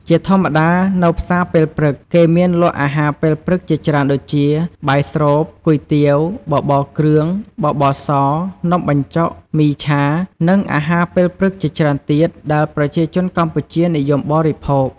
ជាធម្មតានៅផ្សារពេលព្រឹក គេមានលក់អាហារពេលព្រឹកជាច្រើនដូចជា បាយស្រូប គុយទាវ បបរគ្រឿង បបរស នំបញ្ចុក មីឆា និងអាហារពេលព្រឹកជាច្រើនទៀតដែលប្រជាជនកម្ពុជានិយមបរិភោគ។